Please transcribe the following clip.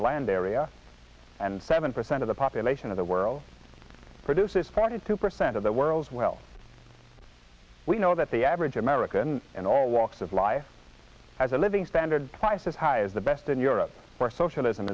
the land area and seven percent of the population of the world produces profit two percent of the world's wealth we know that the average american in all walks of life has a living standard twice as high as the best in europe socialism